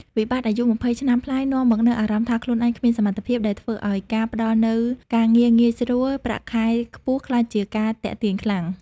វិបត្តិអាយុ២០ ឆ្នាំប្លាយនាំមកនូវអារម្មណ៍ថាខ្លួនឯង "គ្មានសមត្ថភាព" ដែលធ្វើឱ្យការផ្តល់ជូននូវ "ការងារងាយស្រួល ប្រាក់ខែខ្ពស់" ក្លាយជាការទាក់ទាញខ្លាំង។